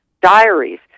diaries